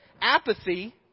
Apathy